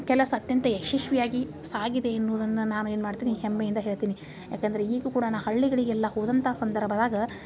ಕೆಲಸ ಅತ್ಯಂತ ಯಶಸ್ವಿ ಆಗಿ ಸಾಗಿದೆ ಎನ್ನುದನ್ನು ನಾನು ಏನು ಮಾಡ್ತೀನಿ ಹೆಮ್ಮೆಯಿಂದ ಹೇಳ್ತೀನಿ ಯಾಕಂದರೆ ಈಗ ಕೂಡ ನಾ ಹಳ್ಳಿಗಳಿಗೆಲ್ಲ ಹೋದಂಥ ಸಂದರ್ಭದಾಗ